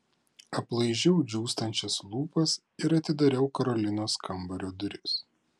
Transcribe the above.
aplaižiau džiūstančias lūpas ir atidariau karolinos kambario duris